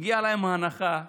מגיעה להם הנחה בארנונה,